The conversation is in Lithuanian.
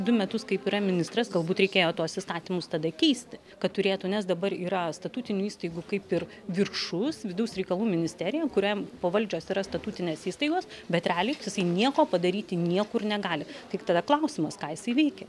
du metus kaip yra ministras galbūt reikėjo tuos įstatymus tada keisti kad turėtų nes dabar yra statutinių įstaigų kaip ir viršus vidaus reikalų ministerijoje kuriam pavaldžios yra statutinės įstaigos bet realiai jisai nieko padaryti niekur negali tik tada klausimas ką jisai veikia